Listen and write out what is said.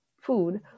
food